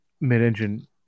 mid-engine